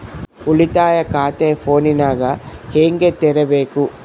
ಉಳಿತಾಯ ಖಾತೆ ಫೋನಿನಾಗ ಹೆಂಗ ತೆರಿಬೇಕು?